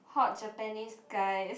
hot Japanese guys